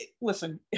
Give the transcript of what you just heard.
Listen